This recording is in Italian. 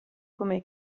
come